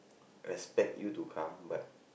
expect you to come but